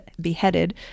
beheaded